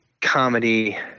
comedy